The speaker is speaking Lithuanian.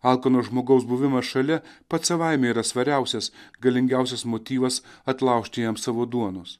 alkano žmogaus buvimas šalia pats savaime yra svariausias galingiausias motyvas atlaužti jam savo duonos